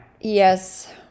Yes